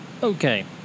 Okay